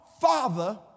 father